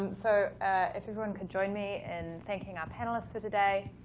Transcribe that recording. um so if everyone could join me in thanking our panelists for today.